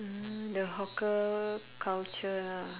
mm the hawker culture ah